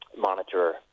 monitor